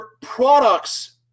products